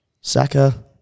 Saka